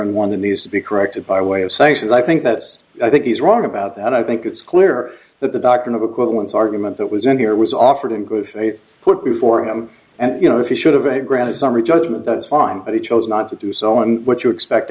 and one that needs to be corrected by way of sanctions i think that's i think he's wrong about that i think it's clear that the doctrine of equivalence argument that was n p r was offered in good faith put before him and you know if you should have a grant of summary judgment that's fine but he chose not to do so and what you expect